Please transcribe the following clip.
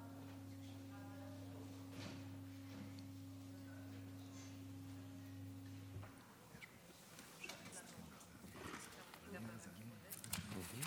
בבקשה.